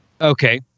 Okay